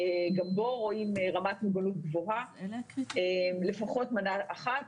גם בו רואים רמת מוגנות גבוהה, לפחות מנה אחת.